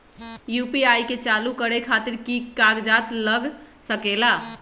UPI के चालु करे खातीर कि की कागज़ात लग सकेला?